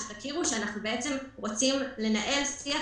כדי שתדעו שאנחנו רוצים לנהל שיח,